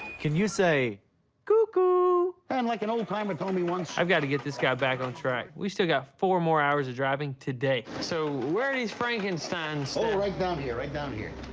can you say cuckoo? and like an old-timer told me once i've got to get this guy back on track. we still got four more hours of driving today. so where are these frankensteins standing? oh, right down here. right down here.